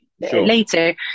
later